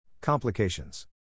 Complications